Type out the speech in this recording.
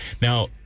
Now